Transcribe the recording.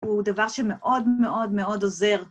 הוא דבר שמאוד מאוד מאוד עוזר.